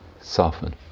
soften